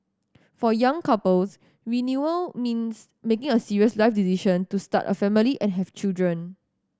for young couples renewal means making a serious life decision to start a family and have children